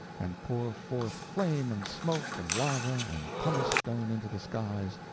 and pour forth flame and smoke and lava and pumice-stone into the skies,